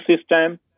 system